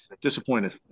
Disappointed